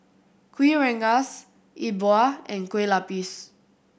Kuih Rengas Yi Bua and Kueh Lapis